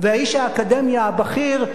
ואיש האקדמיה הבכיר,